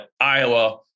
Iowa